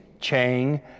Chang